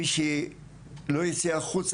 מי שלא ייצא החוצה,